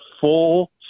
full